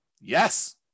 yes